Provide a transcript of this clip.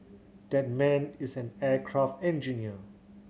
that man is an aircraft engineer